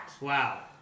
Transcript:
Wow